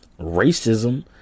racism